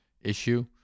issue